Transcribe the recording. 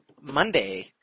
Monday